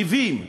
ריבים,